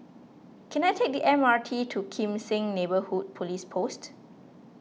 can I take the M R T to Kim Seng Neighbourhood Police Post